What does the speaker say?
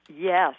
Yes